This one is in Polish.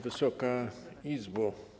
Wysoka Izbo!